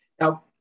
Now